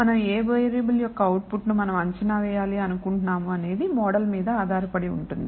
మనం ఏ వేరియబుల్ యొక్క అవుట్పుట్ ను మనం అంచనా వేయాలి అనుకుంటున్నాము అనేది మోడల్ మీద ఆధారపడి ఉంటుంది